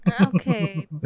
Okay